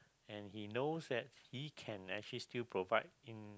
and he knows that he can actually still provide in